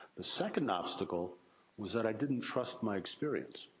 the second obstacle was that i didn't trust my experience.